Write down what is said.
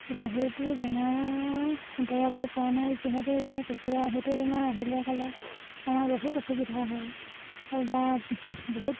এতিয়া সেইটো বেমাৰৰ দৰৱটো পোৱা নাই যিহেতু এতিয়া কুকুৰা সেইটো বেমাৰ আহিলে ক'লে আমাৰ বহুত অসুবিধা হয় বা বহুত